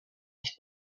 nicht